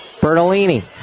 Bertolini